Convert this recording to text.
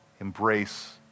embrace